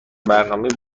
برنامه